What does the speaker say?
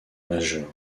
majeur